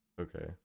Okay